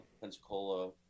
Pensacola